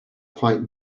quite